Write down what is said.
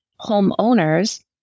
homeowners